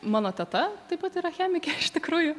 mano teta taip pat yra chemikė iš tikrųjų